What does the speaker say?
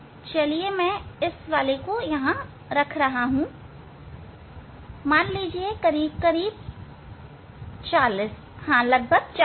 चलिए मैं इस वाले को यहां रख रहा हूं मान लीजिए करीब 40 लगभग 40 पर